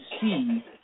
see